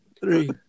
three